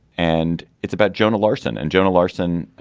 and it's about jonah larson. and jonah larsson